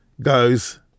goes